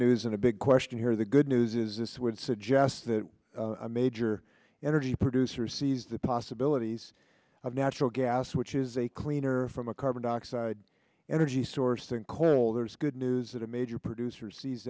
news and a big question here the good news is this would suggest that a major energy producer sees the possibilities of natural gas which is a cleaner from a carbon dioxide energy source think coal there's good news that a major producer sees